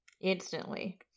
instantly